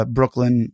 Brooklyn